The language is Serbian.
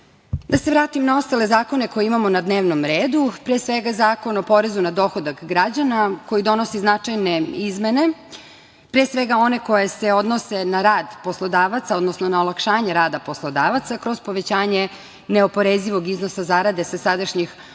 se vratim na ostale zakone koje imamo na dnevnom redu. Pre svega, Zakon o porezu na dohodak građana koji donosi značajne izmene, pre svega one koje se odnose na rad poslodavaca, odnosno na olakšanje rada poslodavaca kroz povećanje neoporezivog iznosa zarade sa sadašnjih 18.300